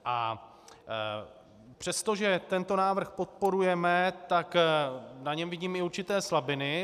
A přestože tento návrh podporujeme, tak na něm vidím i určité slabiny.